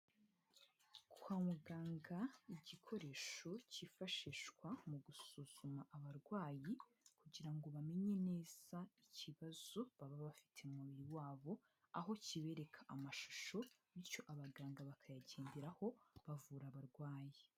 Kwa muganga igikoresho cyifashishwa mu gusuzuma abarwayi kugira ngo bamenye neza ikibazo baba bafite mu mubiri wabo, aho kibereka amashusho bityo abaganga bakayagenderaho bavura abarwayi.